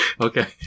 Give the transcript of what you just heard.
Okay